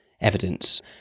evidence